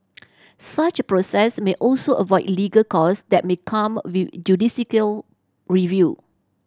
such a process may also avoid legal cost that may come with judicial review